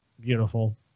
Beautiful